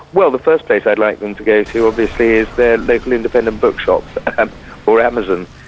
well, the first place i'd like them to go to obviously is their local independent bookshop or amazon.